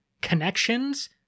connections